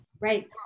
Right